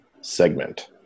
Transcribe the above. segment